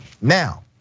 Now